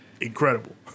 incredible